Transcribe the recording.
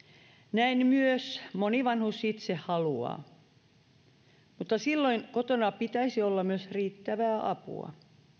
näin myös moni vanhus itse haluaa mutta silloin kotona pitäisi olla myös riittävää apua